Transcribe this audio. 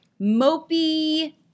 mopey